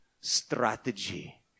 strategy